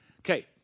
Okay